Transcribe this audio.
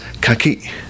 kaki